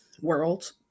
world